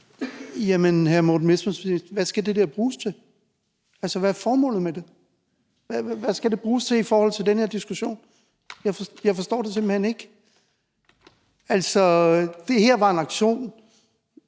Jamen hr. Morten Messerschmidt, hvad skal det der bruges til? Altså, hvad er formålet med det? Hvad skal det bruges til i forhold til den her diskussion? Jeg forstår det simpelt hen ikke. Altså, det her var en aktion